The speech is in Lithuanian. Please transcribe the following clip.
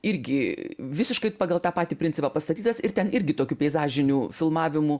irgi visiškai pagal tą patį principą pastatytas ir ten irgi tokių peizažinių filmavimų